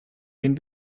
den